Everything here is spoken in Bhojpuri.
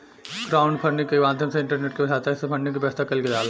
क्राउडफंडिंग के माध्यम से इंटरनेट के सहायता से फंडिंग के व्यवस्था कईल जाला